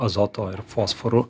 azoto ir fosforu